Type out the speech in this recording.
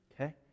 okay